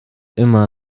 immer